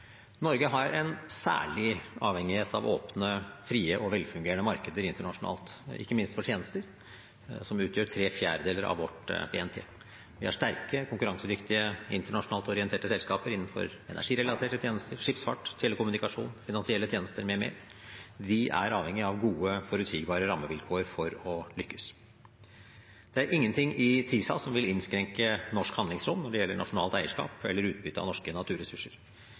Norge har en særlig avhengighet av åpne, frie og velfungerende markeder internasjonalt, ikke minst for tjenester, som utgjør tre fjerdedeler av vårt BNP. Vi har sterke, konkurransedyktige, internasjonalt orienterte selskaper innenfor energirelaterte tjenester, skipsfart, telekommunikasjon, finansielle tjenester med mer. De er avhengig av gode, forutsigbare rammevilkår for å lykkes. Det er ingenting i TISA som vil innskrenke norsk handlingsrom når det gjelder nasjonalt eierskap eller utbytte av norske naturressurser.